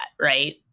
right